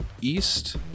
east